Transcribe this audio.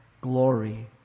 glory